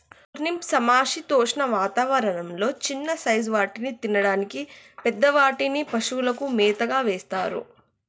turnip సమశీతోష్ణ వాతావరణం లొ చిన్న సైజ్ వాటిని తినడానికి, పెద్ద వాటిని పశువులకు మేతగా వేస్తారు